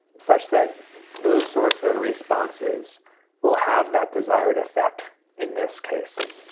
such that those sorts of responses will have that desired effect in this case,